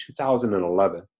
2011